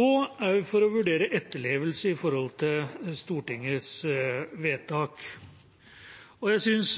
og også for å vurdere etterlevelse av Stortingets vedtak. Jeg synes